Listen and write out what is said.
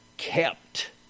kept